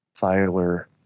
Tyler